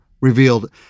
revealed